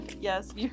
Yes